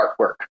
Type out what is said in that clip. artwork